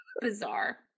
Bizarre